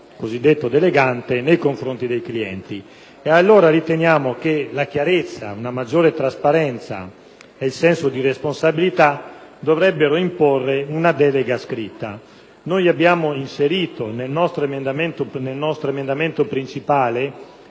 cosiddetto delegante nei confronti dei clienti. Riteniamo che la chiarezza, una maggiore trasparenza e il senso di responsabilità debbano imporre una delega scritta. Abbiamo inserito tali previsioni nel nostro emendamento principale,